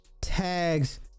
tags